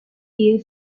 year